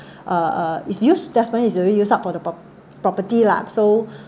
uh uh is used definitely is already used up for the property lah so